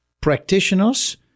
practitioners